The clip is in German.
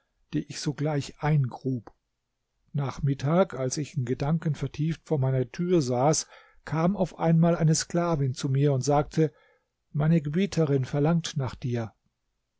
die ich sogleich eingrub nach mittag als ich in gedanken vertieft vor meiner tür saß kam auf einmal eine sklavin zu mir und sagte meine gebieterin verlangt nach dir